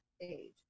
age